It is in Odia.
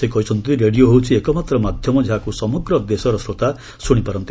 ସେ କହିଛନ୍ତି ରେଡ଼ିଓ ହେଉଛି ଏକମାତ୍ର ମାଧ୍ୟମ ଯାହାକୁ ସମଗ୍ର ଦେଶର ଶ୍ରୋତା ଶୁଣିପାରନ୍ତି